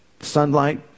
sunlight